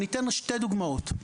אני אתן שתי דוגמאות.